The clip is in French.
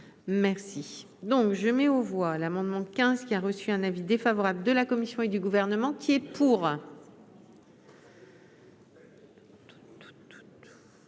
Merci. Donc je mets aux voix l'amendement de quinze qui a reçu un avis défavorable de la Commission et du gouvernement qui est pour.